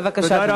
בבקשה, אדוני.